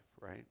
right